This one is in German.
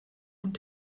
und